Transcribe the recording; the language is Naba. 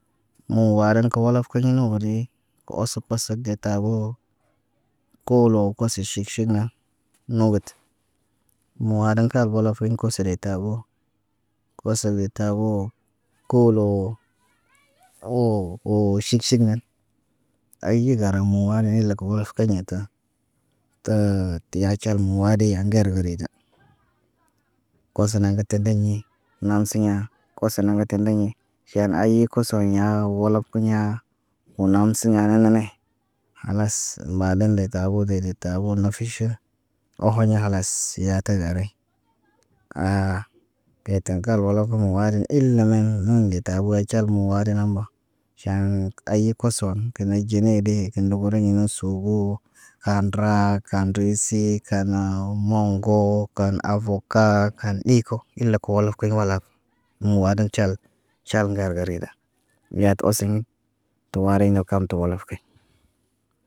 Moo waalan kə walaf kiɲ mugudii kə əs pasak ge taboo. Koolo koy siʃik na nobot muwaaɗan kal walaf kiɲ kusiri tabo. Wasa ge taboo, koolo. Woo, woo ʃik ʃik ŋgen. Ayi garaŋg moo wale ile mu walaf kiɲa ta. Təə tiya caa muwadi aŋgeri weri da. Koso naŋg kə tadaɲi, naŋg siɲa koso naŋgə tadaɲi. Kiyan aayi koso ɲa walab kiɲa. Woo naŋg siɲa nanane. Khalas lalen de tabo dede. Tabo nafiʃə oho na khalas yaate gare. keetə ŋgeri walaf kiɲa wadi ile maŋg muŋg ge tabo walcal muwadi nemba. Cann aye koson ki ne ɟene bee, kə ndogo daŋg naŋg soobo. Kaan raa, kaan riisi, kaan mooŋgo, kan avoka, kan ɗi ko. Ile kə walaf kiɲ walaf. Muwadiŋg cal, cal ŋgal garida. Yaatu osiɲ